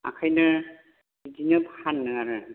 ओंखायनो बिदिनो फानो आरो आं